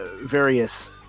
various